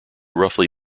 roughly